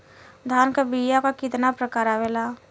धान क बीया क कितना प्रकार आवेला?